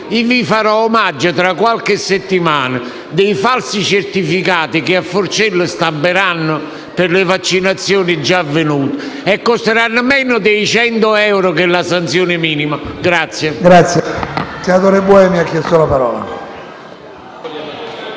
Io vi farò omaggio tra qualche settimana dei falsi certificati che a Forcella stamperanno per le vaccinazioni già avvenute e costeranno meno dei 100 euro che è la sanzione minima. *(Applausi